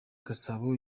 gasabo